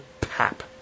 pap